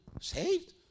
saved